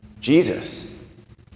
Jesus